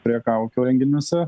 prie kaukių renginiuose